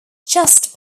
just